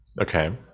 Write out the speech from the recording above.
Okay